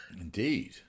Indeed